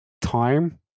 time